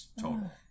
total